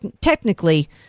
technically